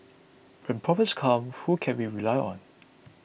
when problems come who can we rely on